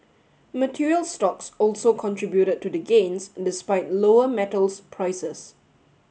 materials stocks also contributed to the gains despite lower metals prices